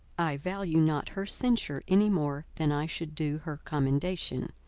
i value not her censure any more than i should do her commendation.